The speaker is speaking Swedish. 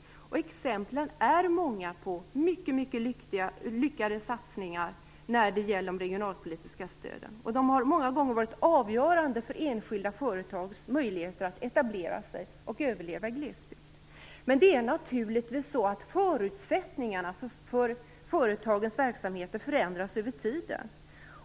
Det finns många exempel på mycket lyckade satsningar när det gäller de regionalpolitiska stöden. De har många gånger varit avgörande för enskilda företags möjligheter att etablera sig och överleva i glesbygd. Men det är naturligtvis så att förutsättningarna för företagens verksamheter förändras över tiden